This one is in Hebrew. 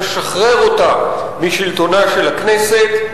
לשחרר אותה משלטונה של הכנסת,